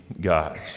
God